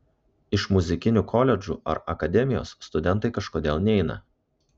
iš muzikinių koledžų ar akademijos studentai kažkodėl neina